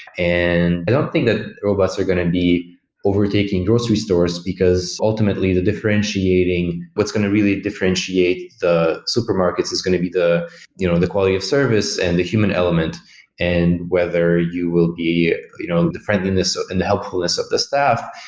and i don't think that robots are going to need overtaking grocery stores, because, ultimately, the differentiating what's going to really differentiate the supermarkets is going to be the you know the quality of service and the human element and whether you will be you know the friendliness and the helpfulness of the staff.